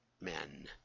Men